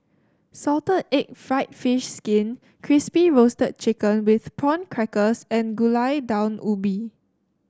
Salted Egg fried fish skin Crispy Roasted Chicken with Prawn Crackers and Gulai Daun Ubi